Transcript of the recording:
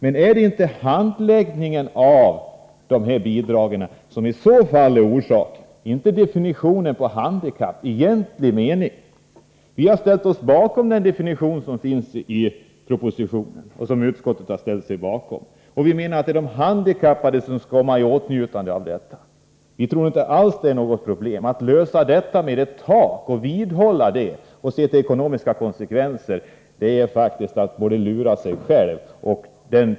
Men är det inte handläggningen av bidragen som i så fall är orsaken, och inte definitionen av begreppet handikapp? Vi har ställt oss bakom den definition som finns i propositionen, vilket också utskottet har gjort. Vi menar att det är de handikappade som skall komma i åtnjutande av det här bidragssystemet. Vi tror inte alls att det blir några problem. Att säga att man skall se på de ekonomiska konsekvenserna och lösa detta genom att sätta ett tak är faktiskt att lura sig själv.